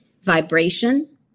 vibration